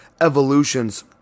evolutions